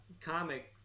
comic